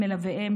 עם מלוויהם,